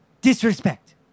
Disrespect